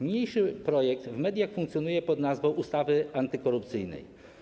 Niniejszy projekt w mediach funkcjonuje pod nazwą ustawy antykorupcyjnej.